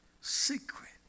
secret